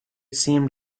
seemed